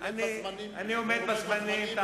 אני עומד בזמנים.